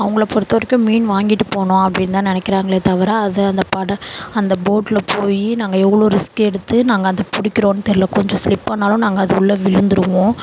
அவங்கள பொறுத்தவரைக்கும் மீன் வாங்கிட்டு போகணும் அப்படின்னு தான் நினைக்குறாங்களே தவிர அதை அந்த பட அந்த போட்டில் போய் நாங்கள் எவ்வளோ ரிஸ்க் எடுத்து நாங்கள் அதை பிடிக்குறோம்னு தெரியல கொஞ்சம் ஸ்லிப் ஆனாலும் நாங்கள் அது உள்ளே விழுந்துருவோம்